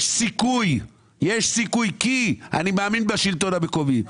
יש סיכוי כי אני מאמין בשלטון המקומי,